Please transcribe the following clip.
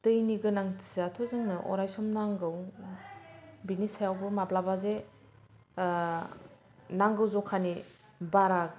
दैनि गोनांथियाथ' जोंनो अरायसम नांगौ बिनि सायावबो माब्लाबा जे नांगौ जखानि बारा